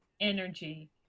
energy